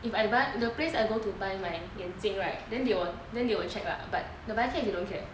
the place I go to buy my 眼镜 right then they will then they will check lah but nobody cares if you don't care